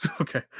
okay